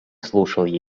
слушал